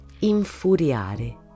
infuriare